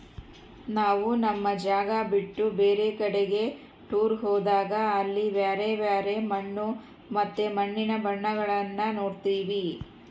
ನಾವು ನಮ್ಮ ಜಾಗ ಬಿಟ್ಟು ಬೇರೆ ಕಡಿಗೆ ಟೂರ್ ಹೋದಾಗ ಅಲ್ಲಿ ಬ್ಯರೆ ಬ್ಯರೆ ಮಣ್ಣು ಮತ್ತೆ ಮಣ್ಣಿನ ಬಣ್ಣಗಳನ್ನ ನೋಡ್ತವಿ